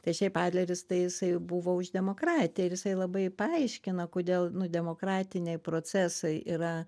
tai šiaip adleris tai jisai buvo už demokratiją ir jisai labai paaiškina kodėl nu demokratiniai procesai yra